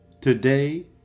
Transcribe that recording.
Today